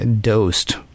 dosed